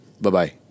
Bye-bye